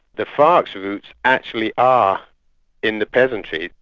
the farc's roots actually are in the peasantry.